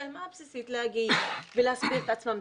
הבסיסית שלהם להגיד ולהסביר את עצמם.